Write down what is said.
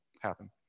happen